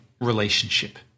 relationship